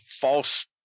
false